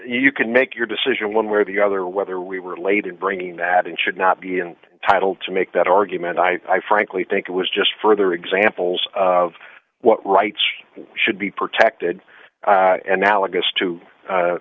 you can make your decision one way or the other whether we were late in bringing that and should not be and titled to make that argument i frankly think it was just further examples of what rights should be protected analogous to